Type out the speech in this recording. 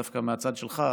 דווקא מהצד שלך,